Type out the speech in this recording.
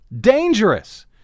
dangerous